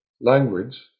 language